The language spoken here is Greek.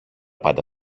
πάντα